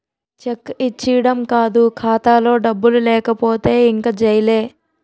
check ఇచ్చీడం కాదు ఖాతాలో డబ్బులు లేకపోతే ఇంక జైలే